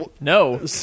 No